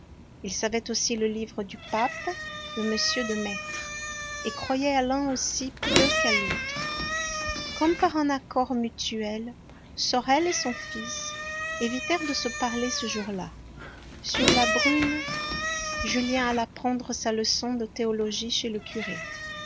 il savait aussi le livre du pape de m de maistre et croyait à l'un aussi peu qu'à l'autre comme par un accord mutuel sorel et son fils évitèrent de se parler ce jour-là sur la brune julien alla prendre sa leçon de théologie chez le curé